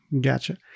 gotcha